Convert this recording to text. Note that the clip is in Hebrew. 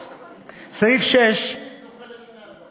יש מי שזוכה לשני הדברים.